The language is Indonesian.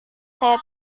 saya